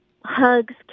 hugs